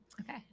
Okay